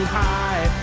high